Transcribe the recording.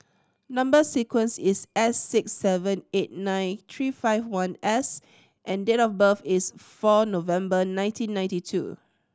number sequence is S six seven eight nine three five one S and date of birth is four November nineteen ninety two